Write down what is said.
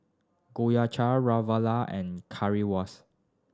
Gyoza Ravioli and Currywurst